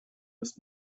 ist